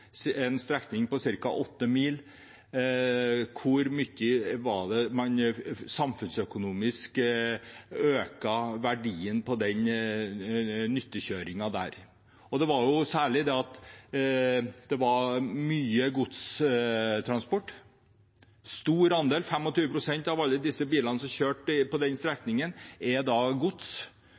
en strekning på ca. 8 mil, hvor mye det var man samfunnsøkonomisk økte verdien på den nyttekjøringen der. Det var særlig det at det var mye godstransport, en stor andel, 25 pst. av alle bilene som kjørte på den strekningen,